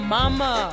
mama